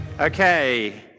Okay